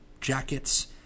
jackets